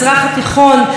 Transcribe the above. הולכים לחוות.